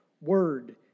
word